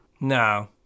No